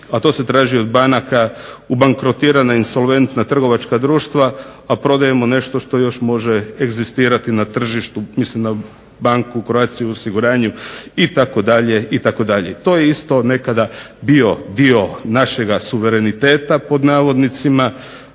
a to se traži od banaka, u bankrotirana, insolventna trgovačka društva, a prodajemo nešto što još može egzistirati na tržištu. Mislim na banku u Croatia osiguranju itd., itd. To je isto nekada bio dio našega suvereniteta pod navodnicima,